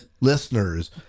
listeners